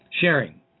Sharing